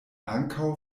ankaŭ